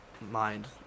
mind